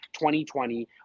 2020